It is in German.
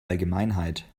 allgemeinheit